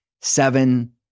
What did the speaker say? seven